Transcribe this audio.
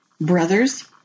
brothers